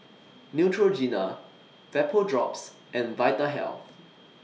Neutrogena Vapodrops and Vitahealth